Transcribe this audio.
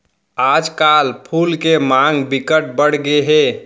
आजकल फूल के मांग बिकट बड़ गे हे